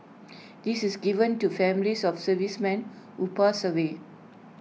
this is given to families of servicemen who pass away